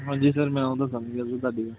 ਹਾਂਜੀ ਸਰ ਮੈਂ ਉਹ ਤਾਂ ਸਮਝ ਗਿਆ ਜੀ ਤੁਹਾਡੀ ਗੱਲ